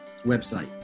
website